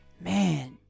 Man